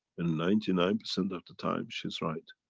and ninety nine percent of the time she's right.